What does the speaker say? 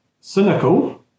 cynical